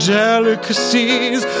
delicacies